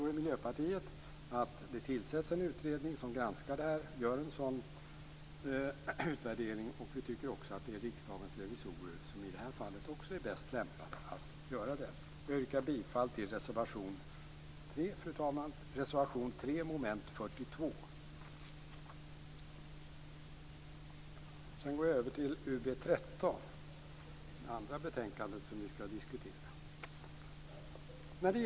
Vi i Miljöpartiet föreslår att det tillsätts en utredning som granskar detta och gör en utvärdering. Vi tycker också i det här fallet att Riksdagens revisorer är bäst lämpade att göra detta. Fru talman! Jag yrkar bifall till reservation 3 under mom. 42. Sedan går jag över till UbU13. Det andra betänkandet som vi skall diskutera.